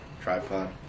Tripod